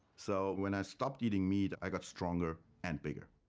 so when i stopped eating meat, i got stronger and bigger.